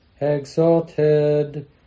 exalted